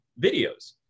videos